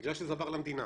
בגלל שזה עבר למדינה.